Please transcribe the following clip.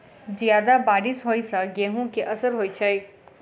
जियादा बारिश होइ सऽ गेंहूँ केँ असर होइ छै?